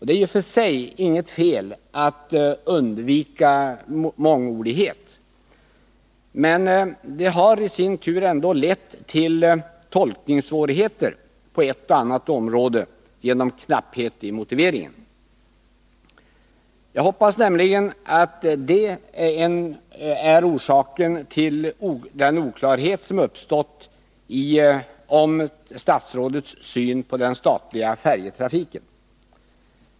Det äri och för sig inget fel att undvika mångordighet, men det har i sin tur lett till tolkningssvårigheter på ett och annat område, genom knapphet i motiveringen. Jag hoppas nämligen att det är orsaken till den oklarhet som uppstått om statsrådets syn på den statliga färjetrafiken.